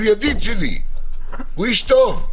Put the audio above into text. שהוא ידיד שלי והוא איש טוב,